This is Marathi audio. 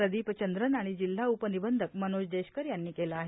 प्रदीपचंद्रन आणि जिल्हा उपनिबंधक मनोज देशकर यांनी केले आहे